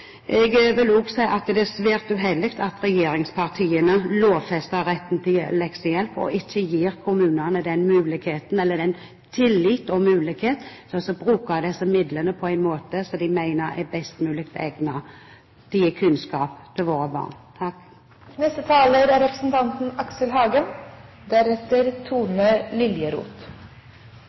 Jeg vil også si at det er svært uheldig at regjeringspartiene lovfester retten til leksehjelp og ikke viser kommunene tillit ved å gi dem mulighet til å bruke disse midlene på en måte som de mener er best mulig egnet. De gir kunnskap til våre barn.